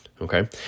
Okay